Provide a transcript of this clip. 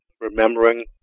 remembering